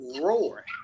Roar